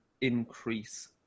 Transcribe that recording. increase